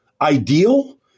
ideal